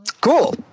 Cool